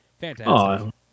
fantastic